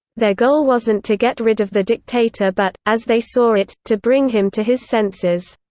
their goal wasn't to get rid of the dictator but, as they saw it, to bring him to his senses.